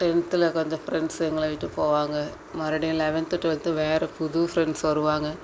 டென்த்தில் கொஞ்சம் ஃப்ரெண்ட்ஸு எங்களை விட்டு போவாங்க மறுடியும் லெவன்த்து டுவெல்த்து வேறு புது ஃப்ரெண்ட்ஸ் வருவாங்க